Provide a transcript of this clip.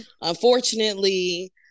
unfortunately